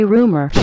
Rumor